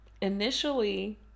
Initially